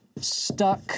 stuck